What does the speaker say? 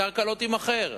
הקרקע לא תימכר.